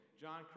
John